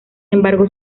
embargo